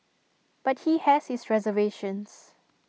but he has his reservations